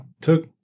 took